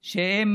תקופה, וכי למה?